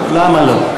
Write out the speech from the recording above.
למה לא?